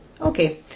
Okay